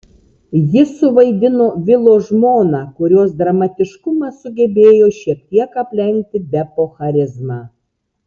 ji suvaidino vilo žmoną kurios dramatiškumas sugebėjo šiek tiek aplenkti depo charizmą